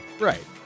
Right